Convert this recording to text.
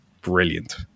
brilliant